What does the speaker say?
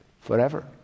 Forever